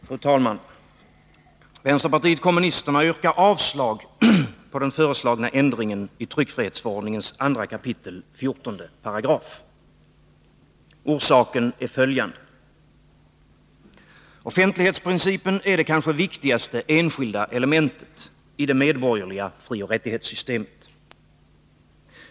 Fru talman! Vänsterpartiet kommunisterna yrkar avslag på den föreslagna ändringen i tryckfrihetsförordningens 2 kap. 14 §. Orsaken är följande. Offentlighetsprincipen är det kanske viktigaste enskilda elementet i det medborgerliga frioch rättighetssystemet.